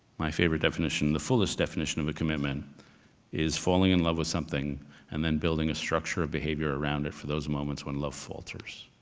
my favorite definition, the fullest definition of a commitment is falling in love with something and then building a structure of behavior around it for those moments when love falters.